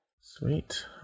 Sweet